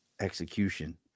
execution